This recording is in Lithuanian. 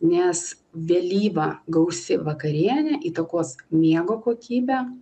nes vėlyva gausi vakarienė įtakos miego kokybę